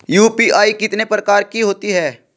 UPI कितने प्रकार की होती हैं?